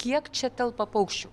kiek čia telpa paukščių